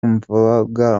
mvuga